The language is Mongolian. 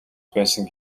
байсан